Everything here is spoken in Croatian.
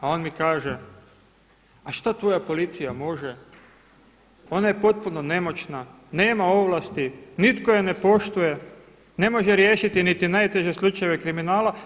A on mi kaže, a šta tvoja policija može, ona je potpuno nemoćna, nema ovlasti, nitko je ne poštuje, ne može riješiti niti najteže slučajeve kriminala.